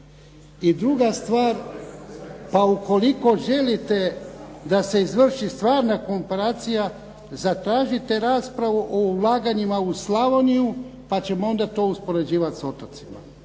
I druga stvar, pa ukoliko želite da se izvrši stvarna komparacija zatražite raspravu o ulaganjima u Slavoniju pa ćemo onda to uspoređivat s otocima.